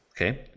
Okay